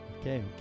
Okay